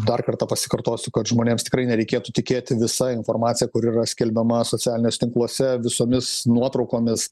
dar kartą pasikartosiu kad žmonėms tikrai nereikėtų tikėti visa informacija kuri yra skelbiama socialiniuose tinkluose visomis nuotraukomis